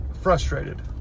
frustrated